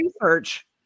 research